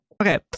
Okay